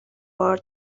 بار